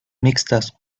mixtas